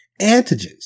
antigens